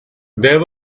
there